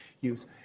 use